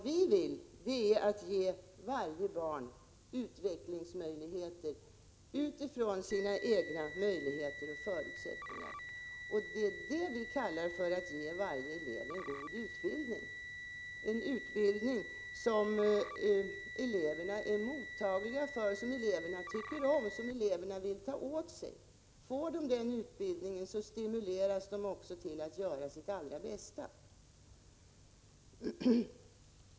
Vi vill ge varje barn utvecklingsmöjligheter utifrån barnets egna möjligheter och förutsättningar. Det kallar vi att ge varje elev en god utbildning, en utbildning som eleverna är mottagliga för, som de tycker om och vill ta till sig. Får de den utbildningen stimuleras de också till att göra sitt allra bästa.